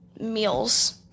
meals